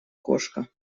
кошка